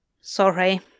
Sorry